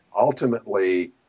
Ultimately